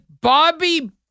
Bobby